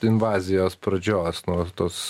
invazijos pradžios nuo tos